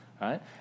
right